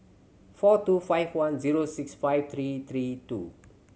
four two five one zero six five three three two